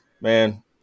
man